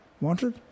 wanted